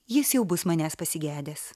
jis jau bus manęs pasigedęs